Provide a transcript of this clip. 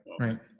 right